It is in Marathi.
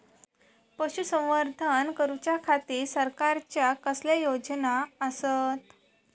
पशुसंवर्धन करूच्या खाती सरकारच्या कसल्या योजना आसत?